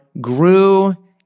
grew